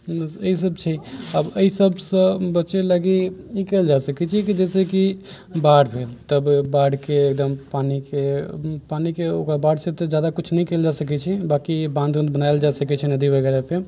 इसब छै आब एहि सब से बचे लागी ई कयल जा सकै छै की जैसेकि बाढ़ भेल तब बाढ़ के एकदम पानि के पानि के ओकरा बाढ़ से तऽ जादा कुछ नहि कयल जा सकै छै बाकी बाँध ऊँध बनायल जा सकै छै नदी वगैरह पे